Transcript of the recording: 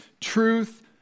truth